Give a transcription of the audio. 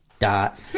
dot